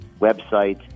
website